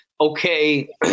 okay